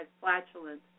flatulence